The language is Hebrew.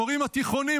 המורים התיכוניים,